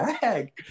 bag